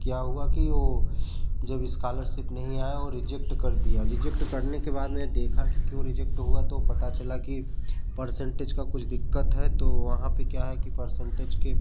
क्या हुआ कि ओ जब इस्कालरसिप नहीं आया वो रिजेक्ट कर दिया रिजेक्ट करने के बाद मैंने देखा कि क्यूँ रिजेक्ट हुआ तो पता चला कि पर्सेन्टेज का कुछ दिक्कत है तो वहाँ पर क्या है कि पर्सेन्टेज के